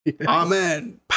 Amen